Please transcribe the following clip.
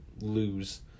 lose